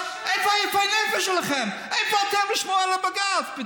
דיברתי איתך הכי בנימוס בעולם.